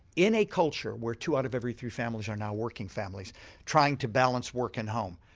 in a culture where two out of every three families are now working families trying to balance work and home,